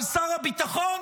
על שר הביטחון,